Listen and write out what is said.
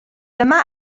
dyma